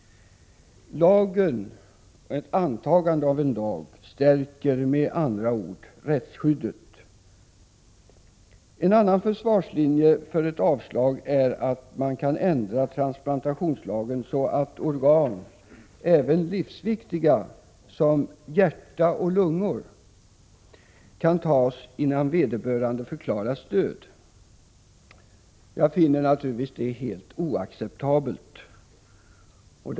Antagandet av en lag stärker med andra ord rättsskyddet. En annan försvarslinje för ett avslag är att man kan ändra transplantationslagen, så att organ, även livsviktiga som hjärta och lungor, kan tas innan vederbörande förklarats död. Jag finner det naturligtvis helt oacceptabelt.